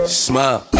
smile